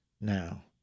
now